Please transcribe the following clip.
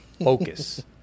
focus